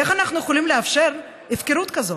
איך אנחנו יכולים לאפשר הפקרות כזאת?